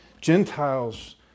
Gentiles